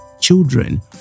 Children